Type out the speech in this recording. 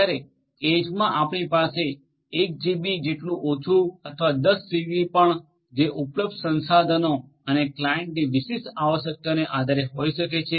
જ્યારે એજમાં આપણી પાસે 1 જીબી જેટલું ઓછું અથવા 10 જીબી પણ જે ઉપલબ્ધ સંશાધનો અને ક્લાયંટની વિશિષ્ટ આવશ્યકતાઓને આધારે હોઈ શકે છે